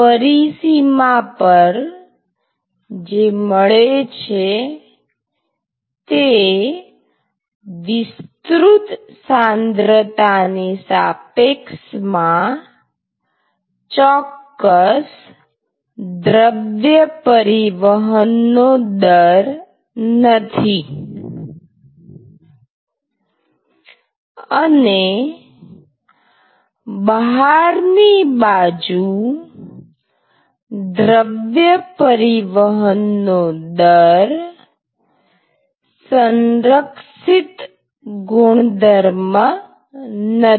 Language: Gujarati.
પરિસીમા પર જે મળે છે તે વિસ્તૃત સાંદ્રતા ની સાપેક્ષમાં ચોક્કસ દ્રવ્ય પરિવહન નો દર નથી અને બહારની બાજુ દ્રવ્ય પરિવહન નો દર સંરક્ષિત ગુણધર્મ નથી